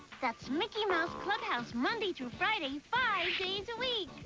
that's mickey mouse clubhouse monday through friday five days a week!